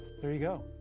there you go.